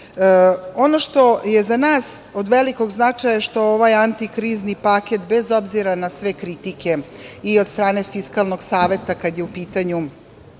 što je za nas od velikog značaja što ovaj antikrizni paket, bez obzira na sve kritike i od strane Fiskalnog saveta kada je u pitanju